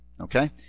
okay